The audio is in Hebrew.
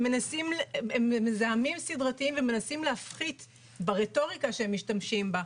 הם מזהמים סדרתיים ומנסים להפחית מהמשמעות ברטוריקה שהם משתמשים בה.